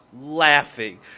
laughing